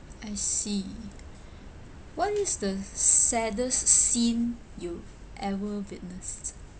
I see what is the s~ saddest scene you ever witnessed